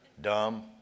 Dumb